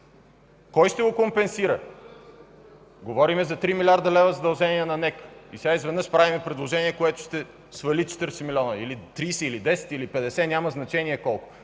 Кой ще го компенсира? Говорим за 3 млрд. лв. задължения на НЕК и сега изведнъж правим предложение, което ще свали 30 милиона, 10 милиона или 50 милиона, няма значение колко.